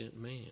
man